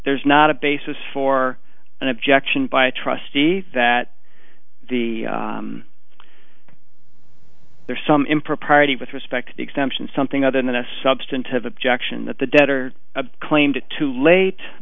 there's not a basis for an objection by a trustee that the there's some impropriety with respect to the exemption something other than a substantive objection that the debtor claimed too